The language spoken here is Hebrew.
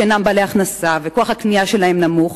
שאינם בעלי הכנסה וכוח הקנייה שלהם נמוך,